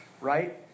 right